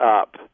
up